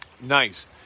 Nice